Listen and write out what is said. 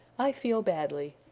i feel badly.